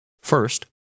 First